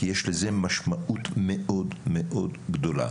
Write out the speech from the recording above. ויש לזה משמעות מאוד מאוד גדולה.